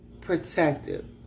protective